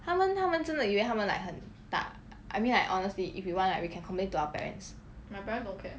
他们他们真的以为他们 like 很大 I mean like honestly if you want like we can complain to our parents